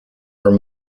where